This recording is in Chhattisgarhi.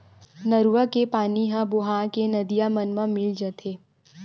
नरूवा के पानी ह बोहा के नदिया मन म मिल जाथे